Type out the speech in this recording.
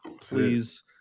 please